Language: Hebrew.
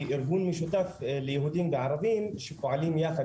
ארגון משותף ליהודים וערבים שפועלים יחד,